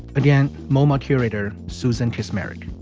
again, moma curator susan kiss marion.